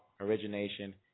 Origination